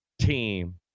team